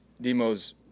Demos